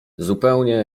zupełnie